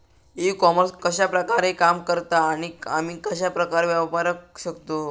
E commerce कश्या प्रकारे काम करता आणि आमी कश्या प्रकारे वापराक शकतू?